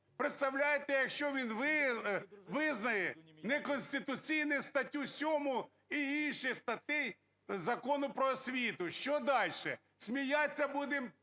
Представляєте, якщо він визнає неконституційною статтю 7 і інші статті Закону "Про освіту", що дальше?! Сміятися будемо